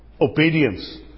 Obedience